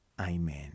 Amen